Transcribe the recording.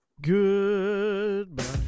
Goodbye